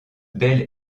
belle